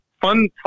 fun